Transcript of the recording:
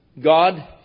God